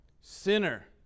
Sinner